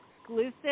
exclusive